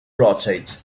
rotate